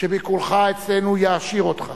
שביקורך אצלנו יעשיר אותך